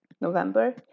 November